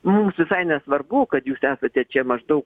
mums visai nesvarbu kad jūs esate čia maždaug